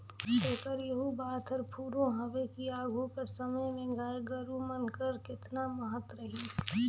तेकर एहू बात हर फुरों हवे कि आघु कर समे में गाय गरू मन कर केतना महत रहिस